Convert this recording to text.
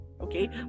Okay